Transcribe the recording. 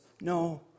no